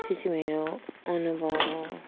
त्यो चाहिँ मेरो अनुभव हो